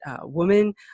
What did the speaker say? woman